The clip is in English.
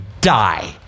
die